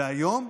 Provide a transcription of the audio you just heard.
והיום,